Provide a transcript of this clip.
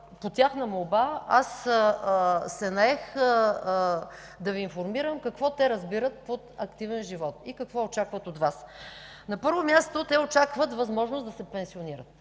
по тяхна молба се наех да Ви информирам какво разбират те под „активен живот” и какво очакват от Вас. На първо място, очакват възможност да се пенсионират,